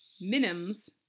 minims